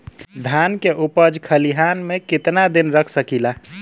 धान के उपज खलिहान मे कितना दिन रख सकि ला?